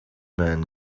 man